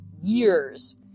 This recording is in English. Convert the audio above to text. years